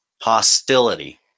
hostility